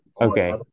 Okay